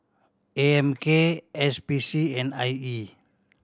A M K S P C and I E